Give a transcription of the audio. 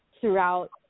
throughout